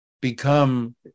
become